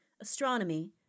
astronomy